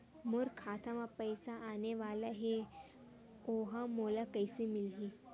मोर खाता म पईसा आने वाला हे ओहा मोला कइसे मिलही?